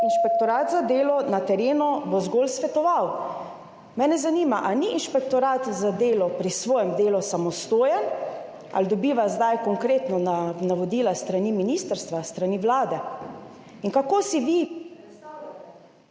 Inšpektorat za delo na terenu zgolj svetoval. Mene zanima: Ali ni Inšpektorat za delo pri svojem delu samostojen? Ali dobiva zdaj konkretna navodila s strani ministrstva, s strani Vlade? Kako si vi predstavljate…